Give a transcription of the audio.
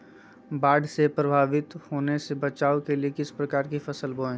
बाढ़ से प्रभावित होने से बचाव के लिए किस प्रकार की फसल बोए?